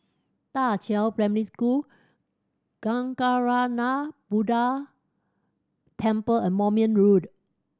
Da Qiao Primary School Kancanarama Buddha Temple and Moulmein Road